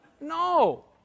No